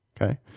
okay